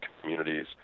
communities